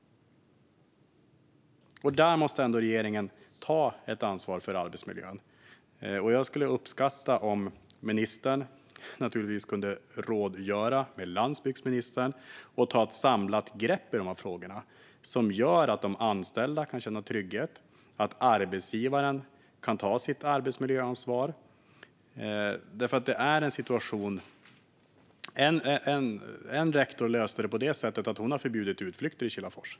Där måste regeringen ändå ta ett ansvar för arbetsmiljön. Och jag skulle uppskatta om ministern kunde rådgöra med landsbygdsministern och ta ett samlat grepp om dessa frågor, som gör att de anställda kan känna trygghet och att arbetsgivaren kan ta sitt arbetsmiljöansvar. En rektor på en skola i Kilafors löste det genom att förbjuda utflykter.